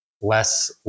less